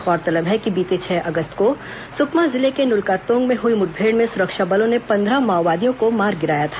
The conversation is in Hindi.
गौरतलब है कि बीते छह अगस्त को सुकमा जिले के नुलकातोंग में हुए मुठभेड़ में सुरक्षा बलों ने पंद्रह माओवादियों को मार गिराया था